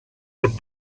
and